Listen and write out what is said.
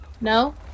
No